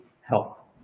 help